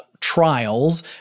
trials